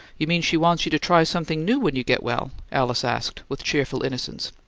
you mean she wants you to try something new when you get well? alice asked, with cheerful innocence.